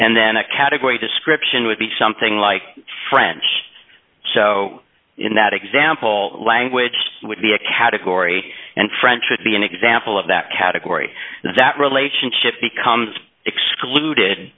and then a category description would be something like french so in that example language would be a category and french would be an example of that category that relationship becomes excluded